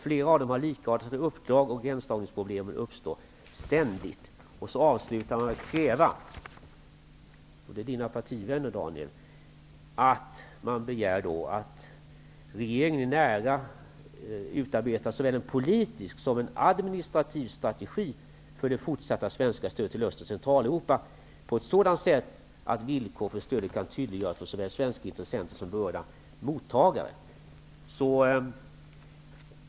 Flera av dem har likartade uppdrag, och gränsdragningsproblem uppstår ständigt. Så avslutar man med att kräva -- det är Daniel Tarschys partivänner -- att regeringen utarbetar såväl en politisk som en administrativ strategi för det fortsatta svenska stödet till Öst och Centraleuropa på ett sådant sätt att villkoren för stödet kan tydliggöras för såväl svenska intressenter som berörda mottagare.